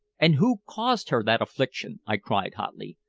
and who caused her that affliction? i cried hotly.